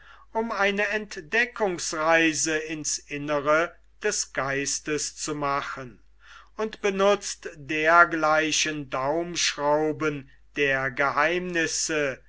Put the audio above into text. um eine entdeckungsreise ins innere des geistes zu machen und benutzt dergleichen daumschrauben der geheimnisse